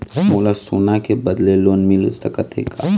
मोला सोना के बदले लोन मिल सकथे का?